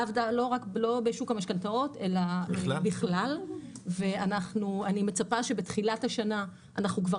לא רק בשוק המשכנתאות אלא בכלל ואני מצפה שבתחילת השנה אנחנו כבר